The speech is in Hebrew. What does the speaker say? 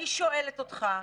אני שואלת אותך,